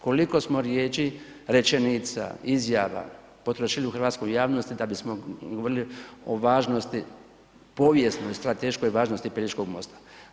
Koliko smo riječi, rečenica, izjava potrošili hrvatskoj javnosti da bismo govorili o važnosti, povijesnoj, strateškoj važnosti Pelješkog mosta.